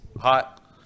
hot